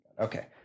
Okay